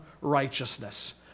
righteousness